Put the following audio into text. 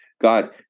God